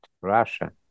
Russia